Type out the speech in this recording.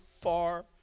far